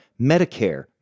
Medicare